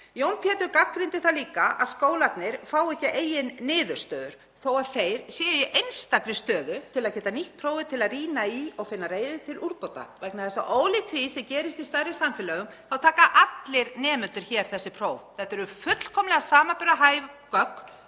Jón Pétur gagnrýndi það líka að skólarnir fái ekki að eigin niðurstöður þó að þeir séu í einstakri stöðu til að geta nýtt prófin til að rýna í og finna leiðir til úrbóta, vegna þess að ólíkt því sem gerist í stærri samfélögum þá taka allir nemendur hér þessi próf. Þetta eru fullkomlega samanburðarhæf gögn,